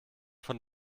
von